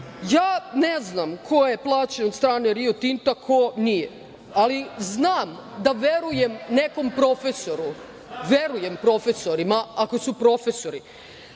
ja ne znam ko je plaćen od strane Rio Tinta, ko nije, ali znam da verujem nekom profesoru. Verujem profesorima ako su profesori,